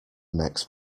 necks